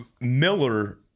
Miller